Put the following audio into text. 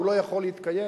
הוא לא יכול להתקיים.